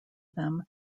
them